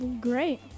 Great